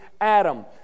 Adam